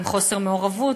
עם חוסר מעורבות.